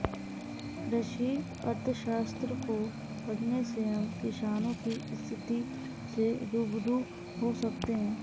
कृषि अर्थशास्त्र को पढ़ने से हम किसानों की स्थिति से रूबरू हो सकते हैं